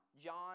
John